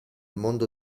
mondo